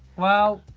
well,